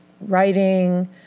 writing